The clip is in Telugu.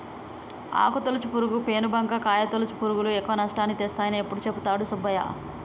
ఆకు తొలుచు పురుగు, పేను బంక, కాయ తొలుచు పురుగులు ఎక్కువ నష్టాన్ని తెస్తాయని ఎప్పుడు చెపుతాడు సుబ్బయ్య